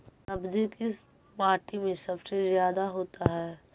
सब्जी किस माटी में सबसे ज्यादा होता है?